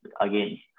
again